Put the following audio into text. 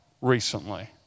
recently